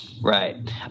right